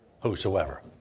whosoever